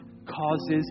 causes